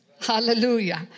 hallelujah